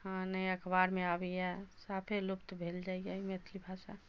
हँ नहि अखबारमे आबैए साफे लुप्त भेल जाइए मैथिली भाषा